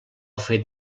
fet